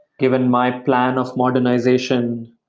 given my plan of modernization,